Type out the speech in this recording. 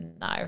no